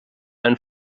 ein